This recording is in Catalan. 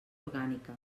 orgànica